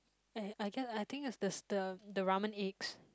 I I get I think it's stir the ramen eggs